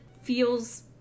feels